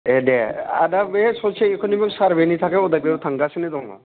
ए दे आदा बे ससिय' इक'न'मिक सार्भेनि थाखाय अदालगुरियाव थांगासिनो दङ